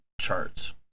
charts